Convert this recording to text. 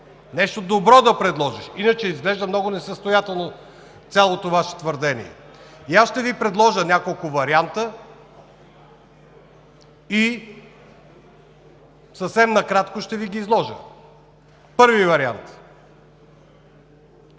нещо добро да предложиш – иначе изглежда много несъстоятелно цялото Ваше твърдение. Ще Ви предложа няколко варианта и съвсем накратко ще Ви ги изложа. Първи вариант: